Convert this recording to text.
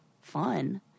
fun